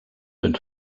been